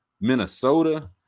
Minnesota